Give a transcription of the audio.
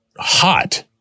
hot